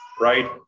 right